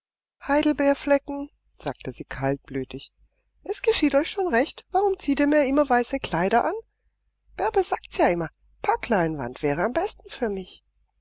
heidelbeerflecken sagte sie kaltblütig es geschieht euch schon recht warum zieht ihr mir immer weiße kleider an bärbe sagt's ja immer packleinwand wäre am besten für mich